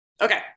Okay